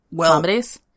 comedies